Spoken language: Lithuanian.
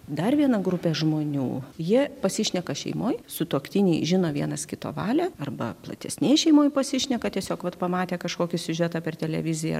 dar viena grupė žmonių jie pasišneka šeimoj sutuoktiniai žino vienas kito valią arba platesnėj šeimoj pasišneka tiesiog vat pamatę kažkokį siužetą per televiziją